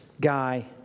guy